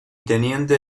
teniente